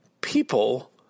people